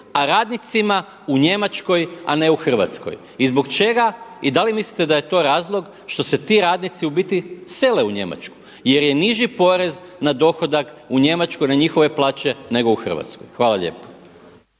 a radnicima u Njemačkoj a ne u Hrvatskoj? I zbog čega, i da li mislite da je to razlog što se ti radnici u biti sele u Njemačku jer je niži porez na dohodak u Njemačkoj na njihove plaće nego u Hrvatskoj. Hvala lijepo.